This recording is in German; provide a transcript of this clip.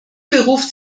beruft